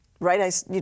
Right